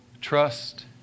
Trust